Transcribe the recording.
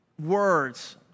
words